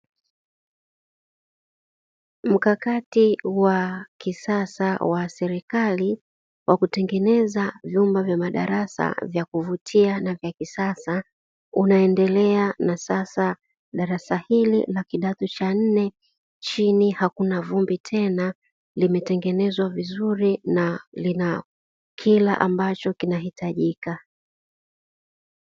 Mkakati wa kisasa wa serikali, wa kutengeneza vyumba vya madarasa vya kuvutia na vya kisasa, unaendelea na sasa darasa hili la kidato cha nne chini hakuna vumbi tena. Limetengenezwa vizuri na lina kila ambacho kinahitajika.